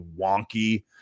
wonky